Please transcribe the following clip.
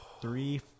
Three